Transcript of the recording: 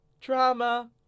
drama